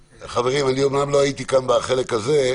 חברים, אני אומנם לא הייתי כאן בחלק הזה,